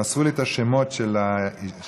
מסרו לי את השמות: היולדת,